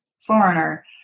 foreigner